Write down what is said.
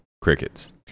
crickets